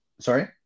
Sorry